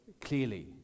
clearly